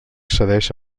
cedeix